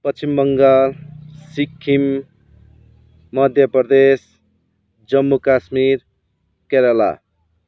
Paschim Bangal Sikkim Madhya Pradesh Jammu Kashmir Kerala